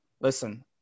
listen